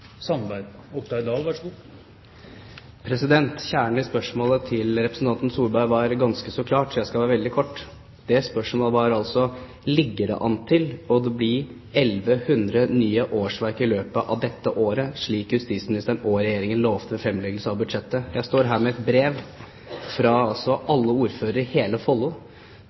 Solberg var ganske klar, så jeg skal være veldig kort. Det spørsmålet var altså: Ligger det an til å bli 1 100 nye årsverk i løpet av dette året, slik justisministeren og Regjeringen lovte ved fremleggelsen av budsjettet? Jeg står her med et brev fra alle ordførerne i hele Follo,